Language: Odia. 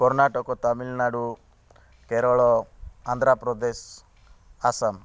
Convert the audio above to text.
କର୍ଣ୍ଣାଟକ ତାମିଲନାଡ଼ୁ କେରଳ ଆନ୍ଧ୍ରପ୍ରଦେଶ ଆସାମ